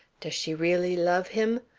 does she really love him?